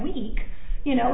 week you know